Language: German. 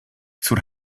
zur